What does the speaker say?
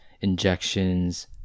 injections